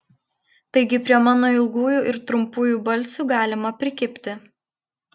taigi prie mano ilgųjų ir trumpųjų balsių galima prikibti